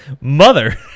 Mother